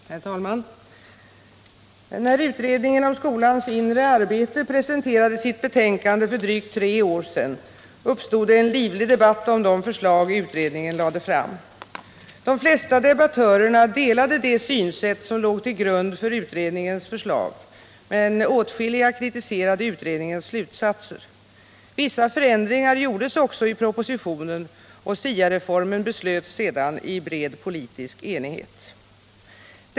Herr talman! Då utredningen om skolans inre arbete presenterade sitt betänkande för drygt tre år sedan uppstod en livlig debatt om de förslag utredningen lade fram. De flesta debattörerna delade det synsätt som låg till grund för utredningens förslag, men åtskilliga kritiserade utredningens slutsatser. Vissa förändringar gjordes också i propositionen, och SIA-reformen beslöts sedan i bred politisk enighet.